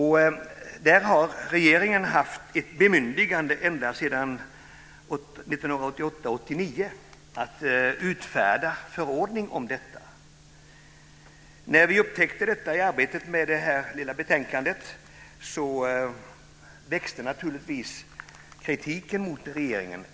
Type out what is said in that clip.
Regeringen har haft ett bemyndigande ända sedan 1988-1989 att utfärda en förordning om detta. När vi upptäckte det i arbetet med betänkandet växte naturligtvis kritiken mot regeringen.